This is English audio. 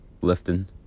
lifting